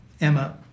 Emma